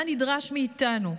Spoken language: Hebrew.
מה נדרש מאיתנו,